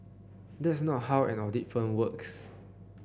that's not how an audit firm works